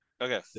Okay